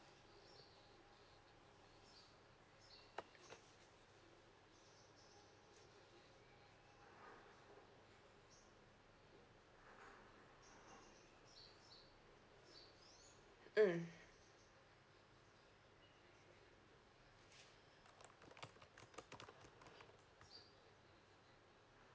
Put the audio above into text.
mm